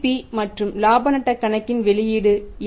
P மற்றும் லாப நட்ட கணக்கின் வெளியீடு N